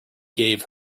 gave